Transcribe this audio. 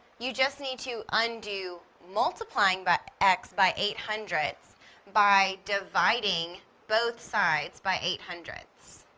you just need to undo multiplying but x by eight hundredths by dividing both sides by eight hundredths.